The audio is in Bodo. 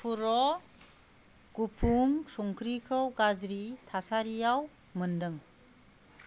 पुर' गुफुं संख्रिखौ गाज्रि थासारिआव मोन्दों